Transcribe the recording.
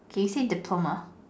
can see the Puma